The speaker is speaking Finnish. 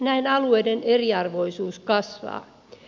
näin alueiden eriarvoisuus kasvaa